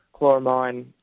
chloramine